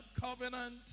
covenant